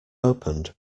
opened